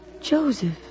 Joseph